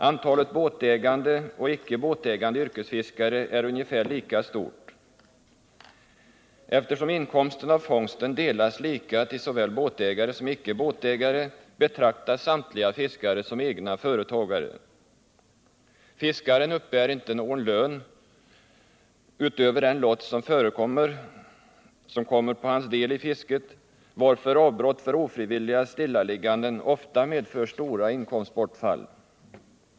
Antalet båtägande och icke båtägande yrkesfiskare är ungefär lika stort. Eftersom inkomsten av fångsten delas lika mellan såväl båtägare som icke båtägare betraktas samtliga fiskare som egna företagare. Fiskaren uppbär inte någon lön utöver den lott som kommer på hans del i fisket, varför avbrott för ofrivilliga stillaligganden ofta medför stora inkomstbortfall.